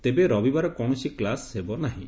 ତେବେ ରବିବାର କୌଶସି କ୍ଲୁସ ହେବନାହିଁ